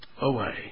away